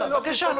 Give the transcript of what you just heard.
תשאל.